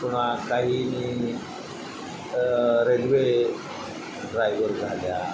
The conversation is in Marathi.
पुन्हा काहीनी रेल्वे ड्रायव्हर झाल्या